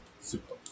Super